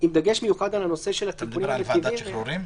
עם דגש מיוחד על הנושא של --- אתה מדבר על ועדת שחרורים?